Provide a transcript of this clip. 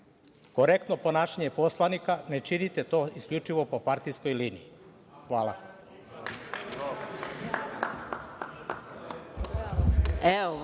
korektno ponašanje poslanika, ne činite to isključivo po partijskoj lini. Hvala.